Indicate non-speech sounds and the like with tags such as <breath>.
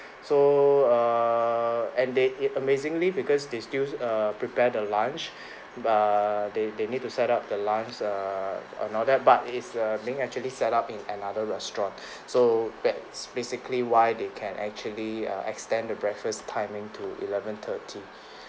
so err and they amazingly because they still err prepare the lunch but they they need to set up their lunch err and all that but is err being actually set up in another restaurant so that's basically why they can actually err extend the breakfast timing to eleven thirty <breath>